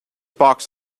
box